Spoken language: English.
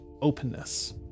openness